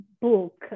book